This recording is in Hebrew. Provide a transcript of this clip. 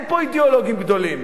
אין פה אידיאולוגים גדולים.